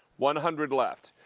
one hundred left.